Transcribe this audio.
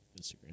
Instagram